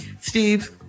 steve